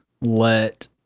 let